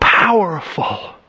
Powerful